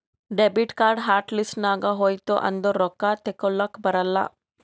debit card hot list ನಾಗ್ ಹೋಯ್ತು ಅಂದುರ್ ರೊಕ್ಕಾ ತೇಕೊಲಕ್ ಬರಲ್ಲ